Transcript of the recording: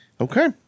Okay